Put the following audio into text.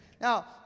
Now